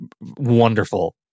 wonderful